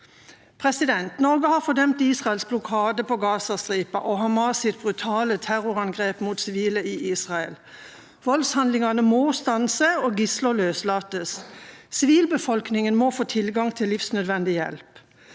liv. Norge har fordømt Israels blokade på Gazastripa og Hamas’ brutale terrorangrep mot sivile i Israel. Voldshandlingene må stanses og gisler løslates. Sivilbefolkningen må få tilgang til livsnødvendig hjelp.